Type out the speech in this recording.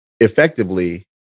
effectively